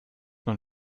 man